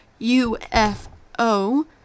UFO